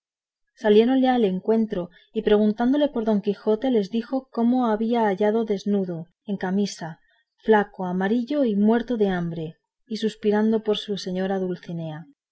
voces saliéronle al encuentro y preguntándole por don quijote les dijo cómo le había hallado desnudo en camisa flaco amarillo y muerto de hambre y suspirando por su señora dulcinea